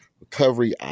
recovery